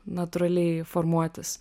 natūraliai formuotis